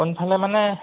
কোনফালে মানে